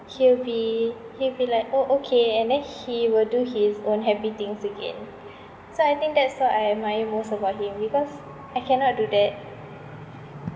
he'll be he'll be like orh okay and then he will do his own happy things again so I think that's what I admire most about him because I cannot do that